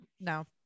no